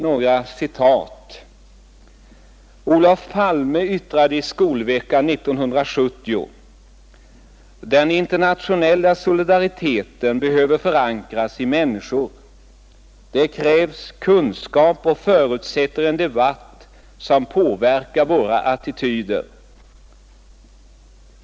Några citat: Olof Palme yttrade i skolveckan 1970: ” Den internationella solidariteten behöver förankras i människor. Det krävs kunskap och förutsätter en debatt som påverkar våra attityder.